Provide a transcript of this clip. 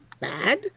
bad